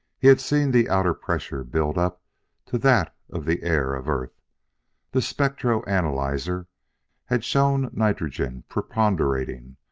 he had seen the outer pressure build up to that of the air of earth the spectro-analyzer had shown nitrogen preponderating,